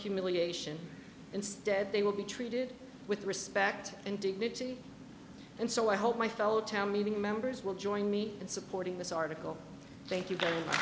humiliation instead they will be treated with respect and dignity and so i hope my fellow town leaving members will join me in supporting this article thank you very much